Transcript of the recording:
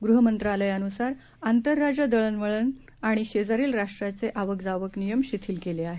गृहमंत्रालयानुसार आंतरराज्य दळणवळण आणि शेजारील राष्ट्रांचे आवक जावक नियम शिथील केले आहेत